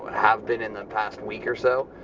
have been in the past week or so.